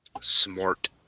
Smart